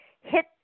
hit